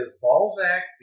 Balzac